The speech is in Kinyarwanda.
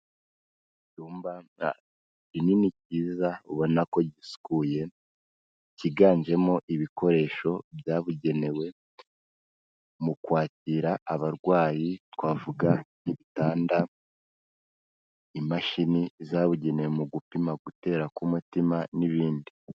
Icyumba kinini kiza ubona ko gisukuye, kiganjemo ibikoresho byabugenewe mu kwakira abarwayi, twavuga nk'ibitanda, imashini zabugenewe mu gupima gutera k'umutima n'ibindi.